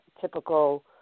typical